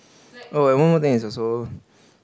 oh and one more thing is also